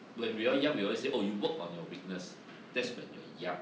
when we all young we always say oh you work on your weakness that's when you're young